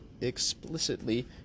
explicitly